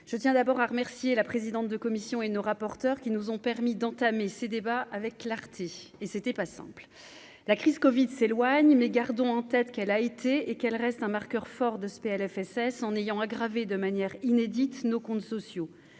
je tiens d'abord à remercier la présidente de commission et nos rapporteurs qui nous ont permis d'entamer ses débats avec clarté et c'était pas simple la crise Covid s'éloigne mais gardons en tête qu'elle a été et qu'elle reste un marqueur fort de ce Plfss en ayant aggravé de manière inédite, nos comptes sociaux